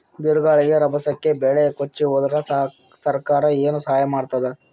ಬಿರುಗಾಳಿ ರಭಸಕ್ಕೆ ಬೆಳೆ ಕೊಚ್ಚಿಹೋದರ ಸರಕಾರ ಏನು ಸಹಾಯ ಮಾಡತ್ತದ?